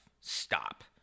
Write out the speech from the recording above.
Stop